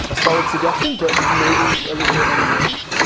ah solid suggestion but maybe a little bit on the nose?